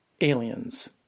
aliens